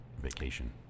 Vacation